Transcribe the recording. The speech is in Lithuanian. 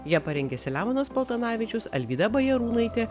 ją parengė selemonas paltanavičius alvyda bajarūnaitė